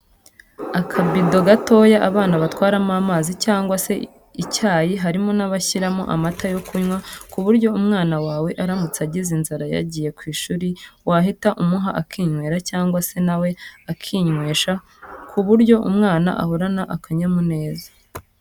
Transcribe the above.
Akabido gatoya abana batwaramo amazi cyangwa se icyayi harimo n'abashyiramo amata yo kunywa, ku buryo umwana wawe aramutse agize inzara yagiye ku ishuri wahita umuha akinywera cyangwa se nawe akinywesha ku buryo umwana ahorana akanyamuneza.